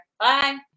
Bye